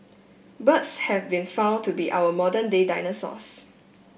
birds have been found to be our modern day dinosaurs